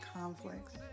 conflicts